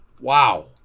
wow